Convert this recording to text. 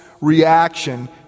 reaction